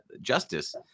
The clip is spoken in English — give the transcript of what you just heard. justice